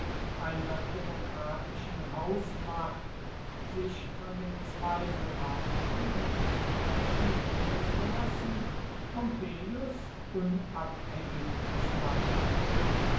einer demokratischen hausmacht sich von dem zweifelhaften und gefährlichen bundesgenossen pompeius unabhängig zu machen